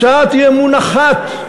הצעת אי-אמון אחת,